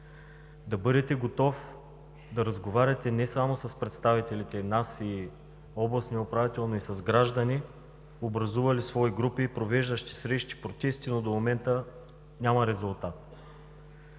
да бъдете готов да разговаряте не само с представителите – нас и областния управител, но и с граждани, образували свои групи, и провеждащи срещи и протести, но до момента няма резултат;